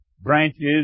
branches